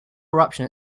eruption